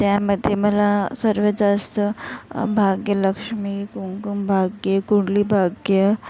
त्यामध्ये मला सर्वात जास्त भाग्यलक्ष्मी कुमकुम भाग्य कुंडली भाग्य